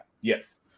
Yes